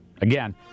Again